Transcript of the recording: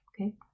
Okay